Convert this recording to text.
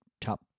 top